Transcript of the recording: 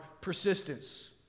persistence